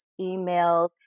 emails